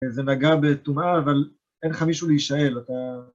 זה נגע בטומאה, אבל אין לך מישהו להישאל, אתה.